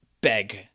beg